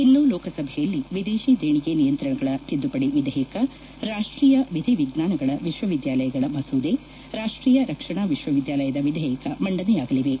ಇನ್ನು ಲೋಕಸಭೆಯಲ್ಲಿ ವಿದೇಶಿ ದೇಣಿಗೆ ನಿಯಂತ್ರಣಗಳ ತಿದ್ಲುಪಡಿ ವಿಧೇಯಕ ರಾಷ್ಷೀಯ ವಿಧಿ ವಿಜ್ಞಾನಗಳ ವಿಶ್ವವಿದ್ಯಾಲಯಗಳ ಮಸೂದೆ ರಾಷ್ಸೀಯ ರಕ್ಷಣಾ ವಿಶ್ವವಿದ್ಯಾಲಯ ವಿಧೇಯಕ ಮಂಡನೆಯಾಗಲಿವೆ